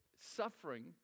suffering